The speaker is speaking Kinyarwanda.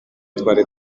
twari